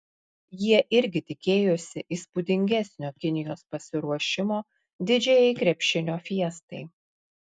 jie irgi tikėjosi įspūdingesnio kinijos pasiruošimo didžiajai krepšinio fiestai